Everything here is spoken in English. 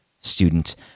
student